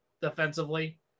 defensively